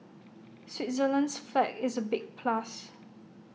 Switzerland's flag is A big plus